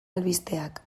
albisteak